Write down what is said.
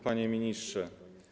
Panie Ministrze!